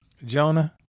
Jonah